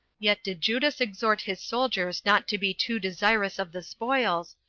yet did judas exhort his soldiers not to be too desirous of the spoils,